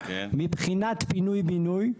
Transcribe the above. מבחינת פינוי בינוי,